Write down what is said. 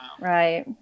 Right